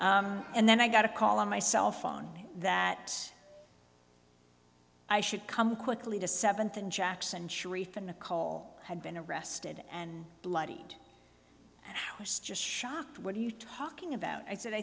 nd then i got a call on my cell phone that i should come quickly to seventh in jackson sharif and nicole had been arrested and bloody was just shocked what are you talking about i said i